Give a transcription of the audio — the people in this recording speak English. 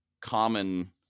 common